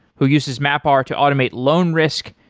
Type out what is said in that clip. who uses mapr to automate loan risk,